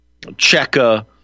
Cheka